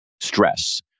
stress